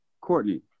Courtney